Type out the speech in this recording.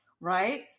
right